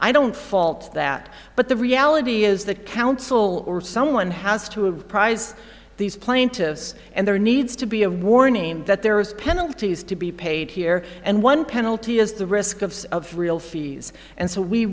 i don't fault that but the reality is the council or someone has to apprise these plaintiffs and there needs to be a warning that there is penalties to be paid here and one penalty is the risk of real fees and so we